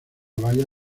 baya